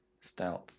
stealth